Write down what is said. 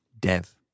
Dev